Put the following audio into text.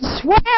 swear